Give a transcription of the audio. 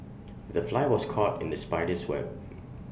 the fly was caught in the spider's web